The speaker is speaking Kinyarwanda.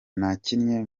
nakinnye